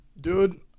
Dude